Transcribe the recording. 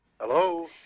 Hello